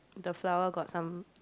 the flower got some